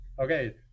Okay